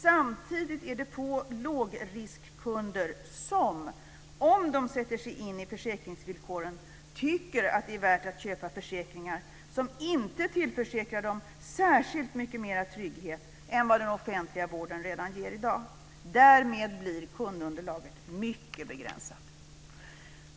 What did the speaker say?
Samtidigt är det få lågriskkunder som om de sätter sig in i försäkringsvillkoren tycker att det är värt att köpa försäkringar som inte tillförsäkrar dem särskilt mycket mer trygghet än vad den offentliga vården redan ger i dag. Därmed blir kundunderlaget mycket begränsat.